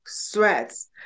threats